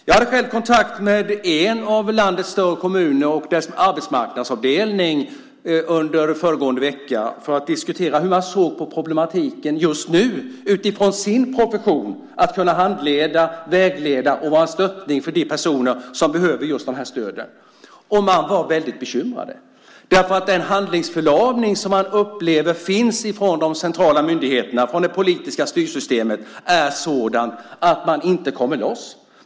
Jag hade själv kontakt med en av landets större kommuner och dess arbetsmarknadsavdelning under föregående vecka för att diskutera hur man såg på problematiken just nu utifrån sin profession. Det gäller hur man ska kunna handleda, vägleda och vara ett stöd för de personer som behöver just det här stödet. De var bekymrade. Den handlingsförlamning som de upplever finns från de centrala myndigheterna och det politiska styrsystemet är sådan att kommunerna inte kommer loss.